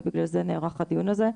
ובגלל זה נערך הדיון הזה.